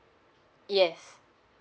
yes